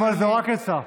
אבל זו רק עצה.